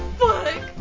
fuck